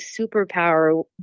Superpower